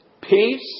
peace